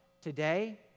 today